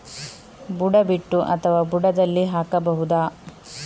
ಬುಡ ಬಿಟ್ಟು ಅಥವಾ ಬುಡದಲ್ಲಿ ಹಾಕಬಹುದಾ?